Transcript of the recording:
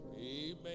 Amen